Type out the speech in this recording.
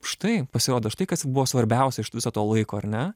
štai pasirodo štai kas buvo svarbiausia iš viso to laiko ar ne